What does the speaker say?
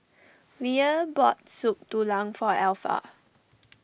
Leah bought Soup Tulang for Alpha